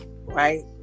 Right